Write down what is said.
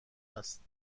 است